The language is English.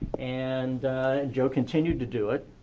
and joe continued to do it.